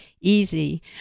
Easy